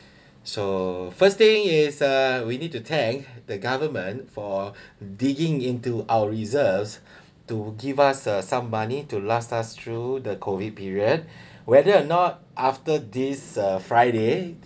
so first thing is uh we need to thank the government for digging into our reserves to give us uh some money to last us through the COVID period whether or not after this uh friday